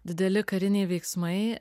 dideli kariniai veiksmai